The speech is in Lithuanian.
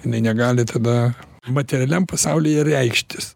jinai negali tada materialiam pasaulyje reikštis